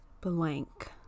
blank